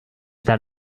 that